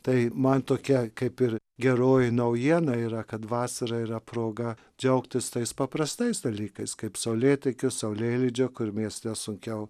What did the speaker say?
tai man tokia kaip ir geroji naujiena yra kad vasara yra proga džiaugtis tais paprastais dalykais kaip saulėtekiu saulėlydžiu kur mieste sunkiau